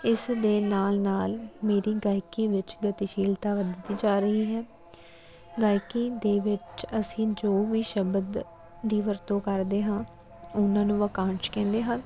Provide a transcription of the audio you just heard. ਇਸ ਦੇ ਨਾਲ ਨਾਲ ਮੇਰੀ ਗਾਇਕੀ ਵਿੱਚ ਗਤੀਸ਼ੀਲਤਾ ਵਧਦੀ ਜਾ ਰਹੀ ਹੈ ਗਾਇਕੀ ਦੇ ਵਿੱਚ ਅਸੀਂ ਜੋ ਵੀ ਸ਼ਬਦ ਦੀ ਵਰਤੋਂ ਕਰਦੇ ਹਾਂ ਉਹਨਾਂ ਨੂੰ ਵਾਕੰਸ਼ ਕਹਿੰਦੇ ਹਨ